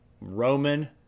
Roman